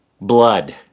Blood